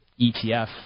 ETF